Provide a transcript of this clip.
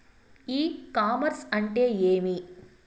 ఇ commerce అంటే ఏమి?